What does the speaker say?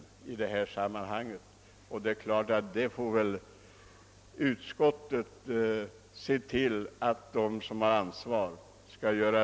Utskottet får väl se till att de som har ansvaret gör vad som skall göras i detta avseende.